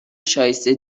شایسته